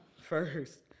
first